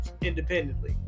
independently